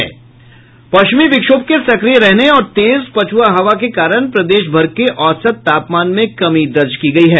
पश्चिमी विक्षोभ के सक्रिय रहने और तेज पछुआ हवा के कारण प्रदेशभर के औसत तापमान में कमी दर्ज की गयी है